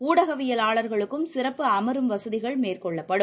ஊடகவியாலாளர்களுக்கும் சிறப்பு அமரும் வசதிகள் மேற்கொள்ளப்படும்